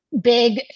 Big